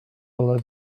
below